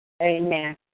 Amen